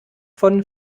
von